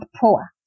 poor